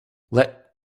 let